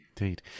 Indeed